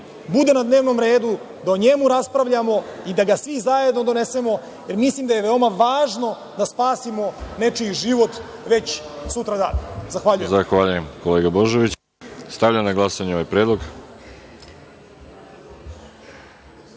bude na dnevnom redu, da o njemu raspravljamo i da ga svi zajedno donesemo, jer mislim da je veoma važno da spasimo nečiji život već sutradan. Zahvaljujem. **Veroljub Arsić** Zahvaljujem kolega Božoviću. Stavljam na glasanje ovaj predlog. Molim